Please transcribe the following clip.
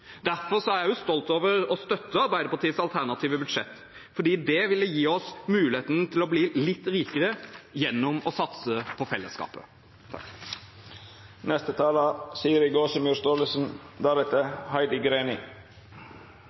Derfor er jeg stolt over å støtte Arbeiderpartiets alternative budsjett, for det ville gitt oss muligheten til å bli litt rikere gjennom å satse på fellesskapet.